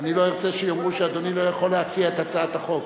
ואני לא ארצה שיאמרו שאדוני לא יכול להציע את הצעת החוק.